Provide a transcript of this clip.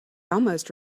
almost